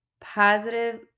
positive